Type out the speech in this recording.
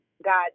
God